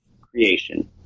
creation